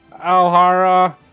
Alhara